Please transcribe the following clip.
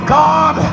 god